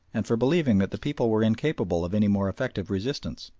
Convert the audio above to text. and for believing that the people were incapable of any more effective resistance.